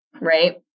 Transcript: right